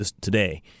today